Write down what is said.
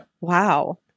Wow